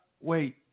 Wait